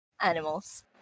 animals